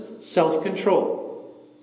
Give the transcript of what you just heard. self-control